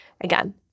Again